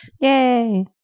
Yay